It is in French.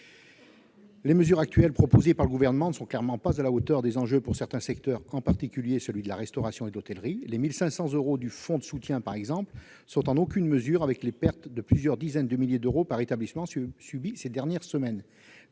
Les mesures proposées par le Gouvernement ne sont clairement pas à la hauteur des enjeux pour certains secteurs, en particulier celui de la restauration et de l'hôtellerie. Les 1 500 euros d'aide au titre du fonds de soutien, par exemple, sont sans commune mesure avec les pertes de plusieurs dizaines de milliers d'euros par établissement subies ces dernières semaines.